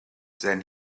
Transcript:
then